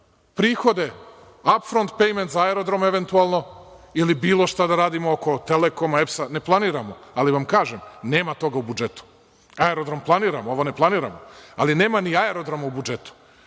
prihode „ap front pejments“ za aerodrome, eventualno, ili bilo šta da radimo oko „Telekoma“, EPS-a, ne planiramo, ali vam kažem – nema toga u budžetu. Aerodrom planiramo, ovo ne planiramo. Ali, nema ni aerodroma u budžetu.